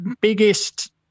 biggest